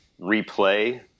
replay